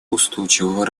устойчивого